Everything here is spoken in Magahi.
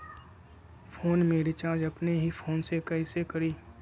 फ़ोन में रिचार्ज अपने ही फ़ोन से कईसे करी?